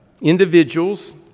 Individuals